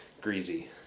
greasy